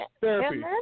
therapy